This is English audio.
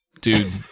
dude